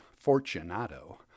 Fortunato